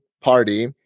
party